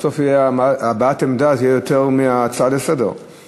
בסוף הבעת עמדה תהיה ארוכה יותר מהצעה לסדר-היום,